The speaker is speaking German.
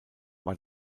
war